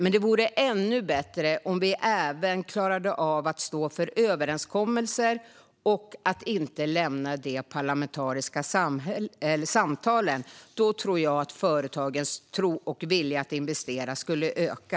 Det vore dock ännu bättre om vi klarade av att också stå för överenskommelser och att inte lämna de parlamentariska samtalen. Då tror jag att företagens vilja att investera skulle öka.